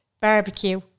barbecue